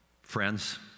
friends